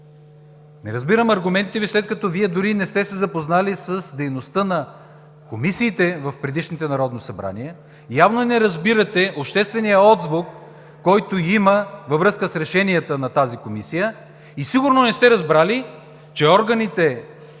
Не разбирам аргументите Ви, след като Вие дори не сте се запознали с дейността на комисиите в предишните народни събрания. Явно не разбирате обществения отзвук, който има във връзка с решенията на тази Комисия, и сигурно не сте разбрали, че органите